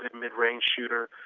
midrange shooter